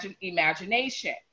imagination